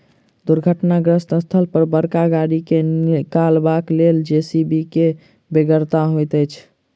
दुर्घटनाग्रस्त स्थल पर बड़का गाड़ी के निकालबाक लेल जे.सी.बी के बेगरता होइत छै